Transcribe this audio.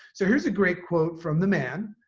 so here's a great quote from the man.